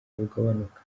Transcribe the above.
bugabanuka